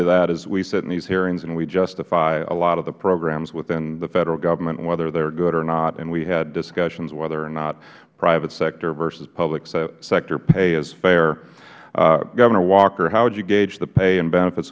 to that as we sit in these hearings and we justify a lot of the programs within the federal government and whether they are good or not and we have had discussions whether or not private sector versus public sector pay is fair governor walker how would you gage the pay and benefits